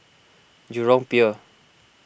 Jurong Pier